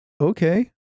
Okay